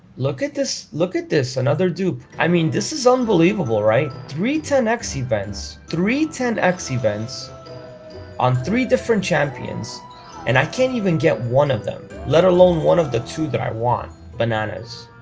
look at this look at this another dupe i mean, this is unbelievable, right. three ten x events three ten x events on three different champions and i can't even get one of them let alone one of the two that i want bananas